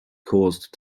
caused